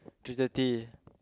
three thirty